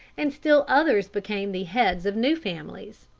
and still others became the heads of new families.